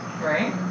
right